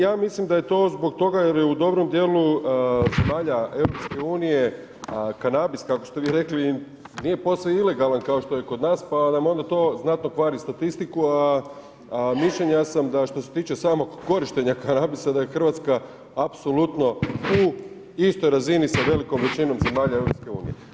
Ja mislim da je to zbog toga jer je u dobrom dijelu zemalja EU kanabis kako ste vi rekli nije posve ilegalan kao što je kod nas pa nam onda to znatno kvari statistiku, a mišljenja sam da što se tiče samog korištenja kanabisa da je Hrvatska apsolutno u istoj razini sa velikom većinom zemalja EU.